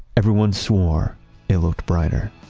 everyone swore it looked brighter